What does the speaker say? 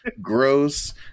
gross